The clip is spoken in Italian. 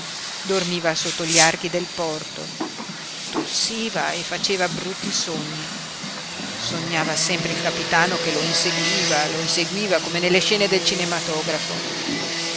dormiva sotto gli archi del porto tossiva e faceva brutti sogni sognava sempre il capitano che lo inseguiva lo inseguiva come nelle scene del cinematografo